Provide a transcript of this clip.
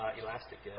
elastic